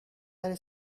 her